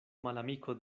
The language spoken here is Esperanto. malamiko